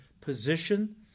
position